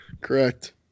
Correct